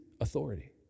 authority